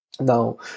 Now